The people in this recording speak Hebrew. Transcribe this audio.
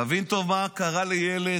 תבין טוב מה קרה לילד,